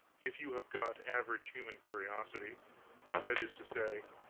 if you have got average human curiosity that is to say,